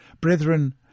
Brethren